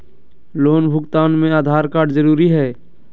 Loan भुगतान में Aadhaar card जरूरी है?